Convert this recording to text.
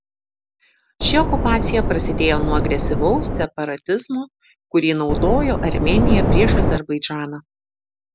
ši okupacija prasidėjo nuo agresyvaus separatizmo kurį naudojo armėnija prieš azerbaidžaną